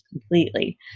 completely